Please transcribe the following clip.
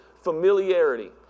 familiarity